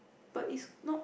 but is not